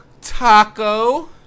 Taco